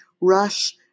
rush